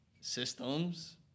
systems